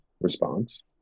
response